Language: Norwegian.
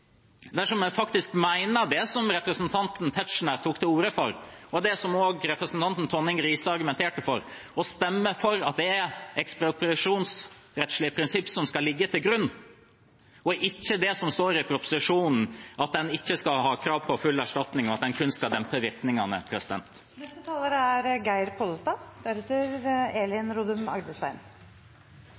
dersom en faktisk mener det som representanten Tetzschner tok til orde for, og det som også representanten Tonning Riise argumenterte for – å stemme for at det er ekspropriasjonsrettslige prinsipper som skal ligge til grunn, og ikke det som står i proposisjonen, at en ikke skal ha krav på full erstatning, men kun dempe virkningene. Det har vore mykje krokodilletårer frå teknokratane i dag, der det største problemet er